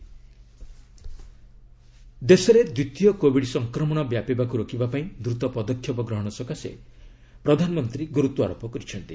PM Covid ଦେଶରେ ଦ୍ୱିତୀୟ Covid ସଂକ୍ରମଣ ବ୍ୟାପିବାକୁ ରୋକିବାପାଇଁ ଦ୍ରତ ପଦକ୍ଷେପ ଗ୍ରହଣ ସକାଶେ ପ୍ରଧାନମନ୍ତ୍ରୀ ଗୁରୁତ୍ୱାରୋପ କରିଛନ୍ତି